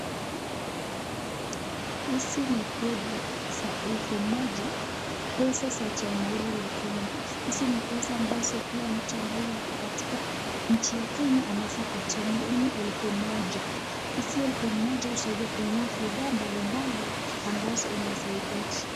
Hizi ni kodi za elfu moja, pesa za jamhuri la Kenya. Hizi ni pesa ambazo kila mtu ambaye ako katika nchi ya Kenya anaeza katumia .Hii ni elfu moja, hizi elfu moja husaidia kununua bidhaa mbali mbali ambazo unahitaji.